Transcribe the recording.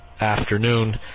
afternoon